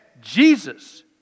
Jesus